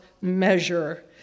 measure